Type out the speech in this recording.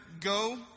go